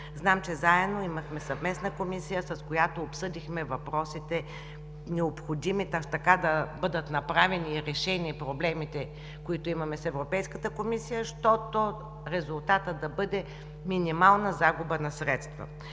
Знаем, че заедно имахме съвместна комисия, на която обсъдихме въпросите, необходими така да бъдат направени и решени проблемите, които имаме с Европейската комисия, щото резултатът да бъде минимална загуба на средства.